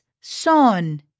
son